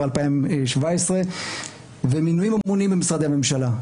2017 ומינוי ממונים במשרדי הממשלה.